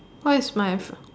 what is my